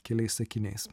keliais sakiniais